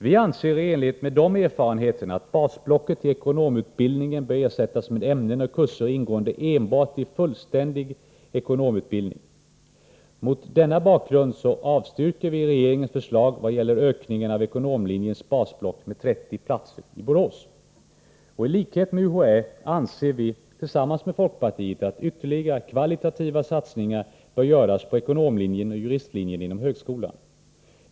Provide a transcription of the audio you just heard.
Vi anser på grundval av dessa erfarenheter att basblocket i ekonomutbildningen och kurserna i den grundläggande rättsutbildningen bör ersättas med ämnen och kurser ingående enbart i fullständiga ekonomresp. juristutbildningar. Mot denna bakgrund avstyrker vi regeringens förslag vad gäller ökningen av ekonomlinjens basblock med 30 platser i Borås. I likhet med UHÄ anser vi tillsammans med folkpartiet att ytterligare kvalitativa satsningar bör göras på ekonomlinjen och juristlinjen inom högskolan.